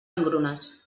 engrunes